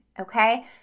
okay